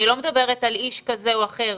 אני לא מדברת על איש כזה או אחר,